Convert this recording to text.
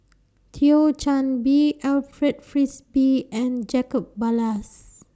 Thio Chan Bee Alfred Frisby and Jacob Ballas